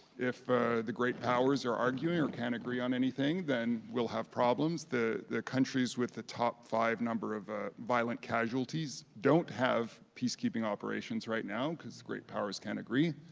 if ah the great powers are arguing or can't agree on anything, then we'll have problems. the the countries with the top five number of violent casualties don't have peacekeeping operations right now cause great powers can't agree,